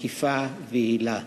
מקיפה ויעילה.